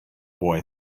boy